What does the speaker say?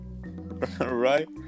Right